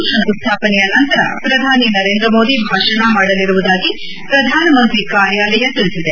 ಇಂದು ಶಂಕುಸ್ತಾಪನೆಯ ನಂತರ ಪ್ರಧಾನಿ ನರೇಂದ್ರ ಮೋದಿ ಭಾಷಣ ಮಾಡಲಿರುವುದಾಗಿ ಪ್ರಧಾನಮಂತ್ರಿ ಕಾರ್ಯಾಲಯ ತಿಳಿಸಿದೆ